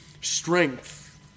strength